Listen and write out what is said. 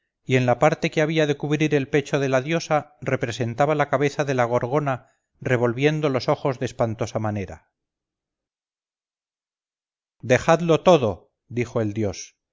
y en la parte que había de cubrir el pecho de la diosa representaba la cabeza de la gorgona revolviendo los ojos de espantosa manera dejadlo todo dijo el dios